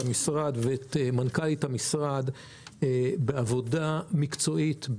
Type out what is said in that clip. המשרד ואת מנכ"לית המשרד על עבודה מקצועית,